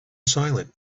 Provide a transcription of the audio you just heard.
silent